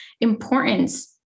importance